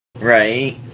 Right